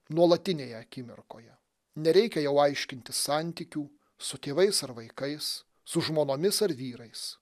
nuolatinėje akimirkoje nereikia jau aiškintis santykių su tėvais ar vaikais su žmonomis ar vyrais